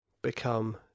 become